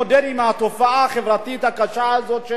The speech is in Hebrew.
הקשה הזאת של הסתה לגזענות וגזענות,